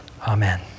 Amen